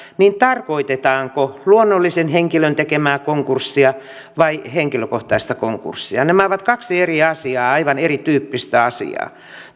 niin tarkoitetaanko luonnollisen henkilön tekemää konkurssia vai henkilökohtaista konkurssia nämä ovat kaksi eri asiaa aivan erityyppistä asiaa